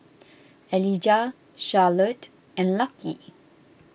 Elijah Charlotte and Lucky